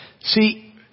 See